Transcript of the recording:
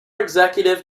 executive